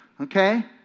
Okay